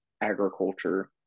agriculture